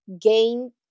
gain